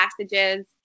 passages